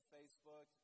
Facebook